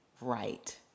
right